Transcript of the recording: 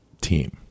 team